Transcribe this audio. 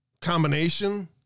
combination